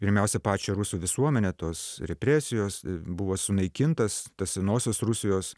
pirmiausia pačią rusų visuomenę tos represijos buvo sunaikintas tas senosios rusijos